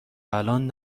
الان